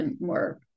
More